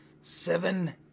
seven